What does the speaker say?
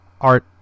Art